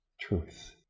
truth